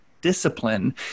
discipline